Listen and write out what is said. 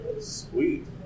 Sweet